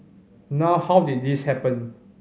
now how did this happen